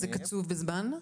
זה קצוב בזמן?